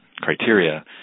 Criteria